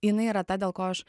jinai yra ta dėl ko aš